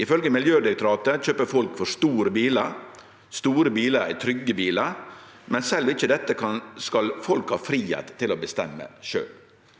Ifølgje Miljødirektoratet kjøper folk for store bilar. Store bilar er trygge bilar, men sjølv ikkje dette skal folk ha fridom til å bestemme sjølv.